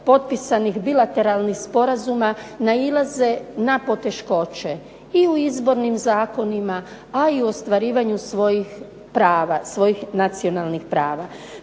potpisanih bilateralnih sporazuma nailaze na poteškoće. I u izbornim zakonima a i u ostvarivanju svojih nacionalnih prava.